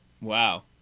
Wow